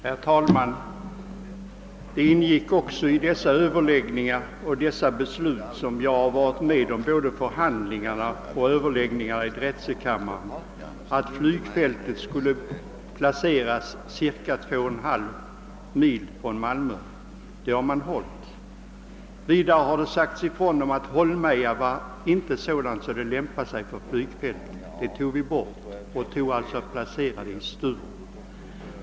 Herr talman! Det ingick också i dessa beslut, där jag har varit med om både förhandlingar och överläggningar i drätselkammaren, att flygfältet skulle placeras cirka 2,5 mil från Malmö. Det har man iakttagit. Vidare har det sagts ifrån att Holmeja ur naturskyddssynpunkt inte var sådant att det lämpade sig för flygfält. Det alternativet uteslöts därför, och man beslöt alltså att flygfältet skulle placeras i Sturup.